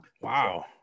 Wow